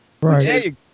Right